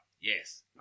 yes